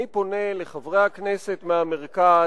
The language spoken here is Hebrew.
אני פונה לחברי הכנסת מהמרכז,